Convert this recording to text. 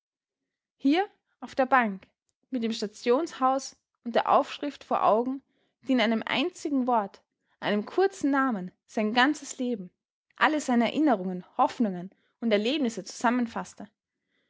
hier auf der bank mit dem stationshaus und der aufschrift vor augen die in einem einzigen wort einem kurzen namen sein ganzes leben alle seine erinnerungen hoffnungen und erlebnisse zusammenfaßte